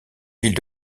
ville